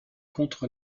contre